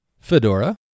fedora